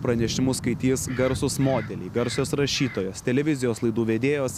pranešimus skaitys garsūs modeliai garsios rašytojos televizijos laidų vedėjos